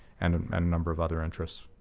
and and a number of other interests.